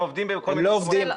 הם עובדים בכל מיני מקומות.